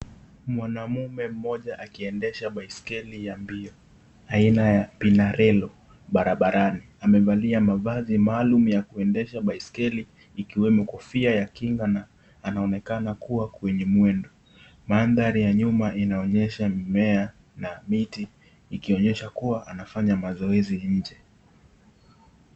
Mwanamume mmoja akiendesha baiskeli ya mbio, aina ya pinarello barabarani. Amevalia mavazi maalum ya kuendesha baiskeli, ikiwemo kofia ya kinga na anaonekana kuwa kwenye mwendo. Mandhari ya nyuma inaonyesha mimea na miti, ikionyesha kuwa anafanya mazoezi nje.